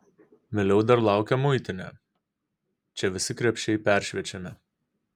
vėliau dar laukia muitinė čia visi krepšiai peršviečiami